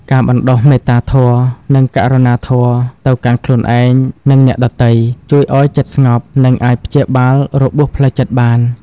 ការបណ្ដុះ មេត្តាធម៌ និង ករុណាធម៌ ទៅកាន់ខ្លួនឯង និងអ្នកដទៃ ជួយឱ្យចិត្តស្ងប់ និងអាចព្យាបាលរបួសផ្លូវចិត្តបាន។